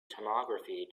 tomography